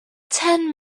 ten